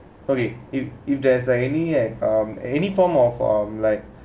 okay if if there's like any um any form of or like